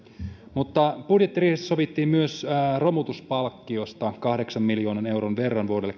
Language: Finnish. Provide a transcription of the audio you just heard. mutta budjettiriihessä sovittiin myös romutuspalkkiosta kahdeksan miljoonan euron verran vuodelle